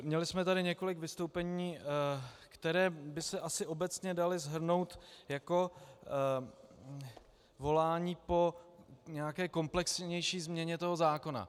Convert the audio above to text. Měli jsme tu několik vystoupení, která by se asi obecně dala shrnout jako volání po nějaké komplexnější změně tohoto zákona.